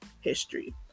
history